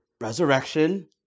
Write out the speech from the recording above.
resurrection